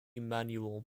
manual